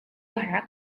oħra